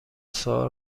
سوال